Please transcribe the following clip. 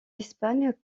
espagne